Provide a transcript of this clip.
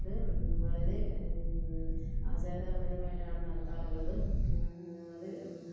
അത് വളരെ ആചാരപരമായിട്ടാണ് നടത്താറുള്ളത് അത്